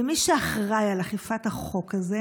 ומי שאחראי על אכיפת החוק הזה